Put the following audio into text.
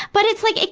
but it's like,